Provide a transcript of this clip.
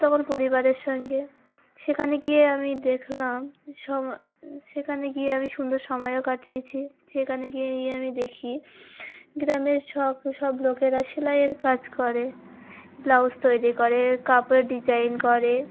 তখন পরিবারের সঙ্গে সেখানে গিয়ে আমি দেখলাম সম সেখানে গিয়ে আমি সুন্দর সময়ও কাটিয়েছি সেখানে গিয়েই আমি দেখি গ্রামের সব সব লোকেরা সেলাইয়ের কাজ করে ব্লাউজ তৈরি করে কাপড়ের ডিজাইন করে